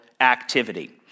activity